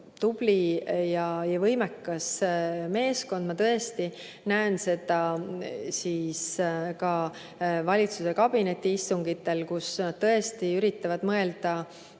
tubli ja võimekas meeskond. Ma tõesti näen seda ka valitsuse kabinetiistungitel, kus nad tõesti üritavad mõelda